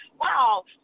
Wow